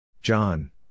John